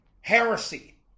Heresy